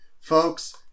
Folks